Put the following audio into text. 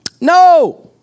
no